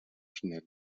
schnell